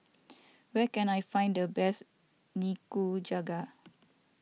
where can I find the best Nikujaga